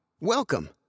Welcome